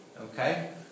okay